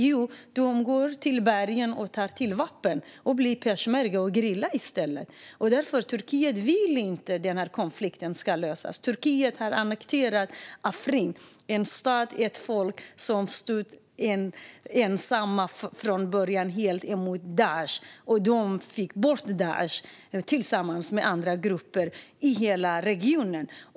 Jo, de går upp i bergen och tar till vapen i peshmerga och gerilla. Turkiet vill inte att denna konflikt ska lösas. Turkiet har annekterat Afrin, en stad och ett folk som från början stod helt ensamt mot Daish. Tillsammans med andra grupper fick de bort Daish i hela regionen.